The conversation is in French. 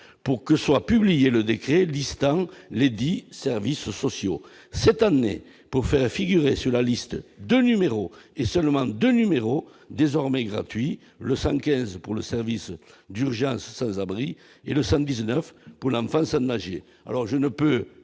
pour que soit publié le décret listant lesdits services sociaux cette année pour faire figurer sur la liste de numéros et seulement 2 numéros désormais gratuit le 115 pour le service d'urgence sans abri et, le 119 pour l'façade nager, alors je ne peux